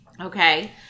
Okay